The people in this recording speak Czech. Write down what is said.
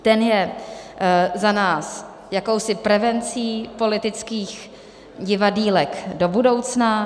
Ten je za nás jakousi prevencí politických divadýlek do budoucna.